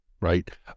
right